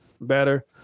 better